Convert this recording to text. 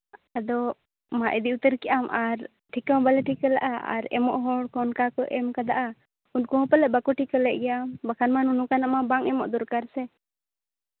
ᱟᱫᱚ ᱢᱟ ᱤᱫᱤ ᱩᱛᱟᱹᱨ ᱠᱮᱜ ᱟᱢ ᱟᱨ ᱴᱷᱤᱠᱟᱹ ᱦᱚᱸ ᱵᱟᱞᱮ ᱴᱷᱤᱠᱟᱹ ᱞᱟᱜᱼᱟ ᱟᱨ ᱮᱢᱚᱜ ᱦᱚ ᱦᱚ ᱦᱚᱸ ᱚᱱᱠᱟ ᱠᱚ ᱮᱢ ᱠᱟᱫᱟ ᱩᱱᱠᱩ ᱦᱚᱸ ᱯᱟᱞᱮᱜ ᱵᱟᱠᱚ ᱴᱷᱤᱠᱟᱹ ᱞᱮᱜ ᱜᱮᱭᱟ ᱵᱟᱠᱷᱟᱱ ᱢᱟ ᱱᱚᱝᱠᱟᱱᱟᱜ ᱢᱟ ᱵᱟᱝ ᱮᱢᱚᱜ ᱫᱚᱨᱠᱟᱨ ᱥᱮ